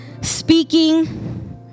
speaking